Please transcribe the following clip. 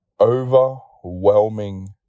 overwhelming